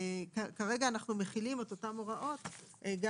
אנחנו לא יכולים כרגע בחקיקה ראשית להיכנס לכל הפרטים.